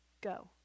Go